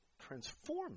transform